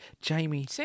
Jamie